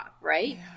right